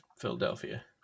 Philadelphia